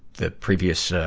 the previous, ah,